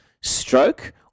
stroke